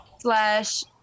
slash